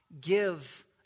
give